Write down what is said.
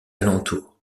alentour